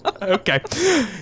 okay